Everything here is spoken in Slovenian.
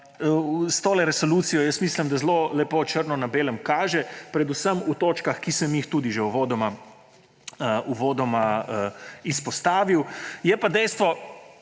s tole resolucijo, mislim, zelo lepo črno na belem kaže predvsem v točkah, ki sem jih tudi že uvodoma izpostavil. Je pa zanimiv